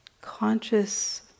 conscious